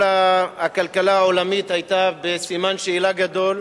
כל הכלכלה העולמית היתה בסימן שאלה גדול,